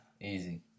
Easy